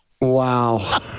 Wow